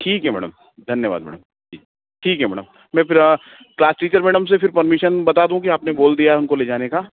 ठीक है मैडम धन्यवाद मैडम ठीक है मैडम मैं फिर क्लास टीचर मैडम से फिर परमिशन बता दूँ कि आपने बोल दिया हैं उनको ले जाने का